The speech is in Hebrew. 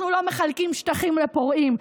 אנחנו לא מחלקים שטחים לפורעים,